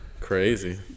crazy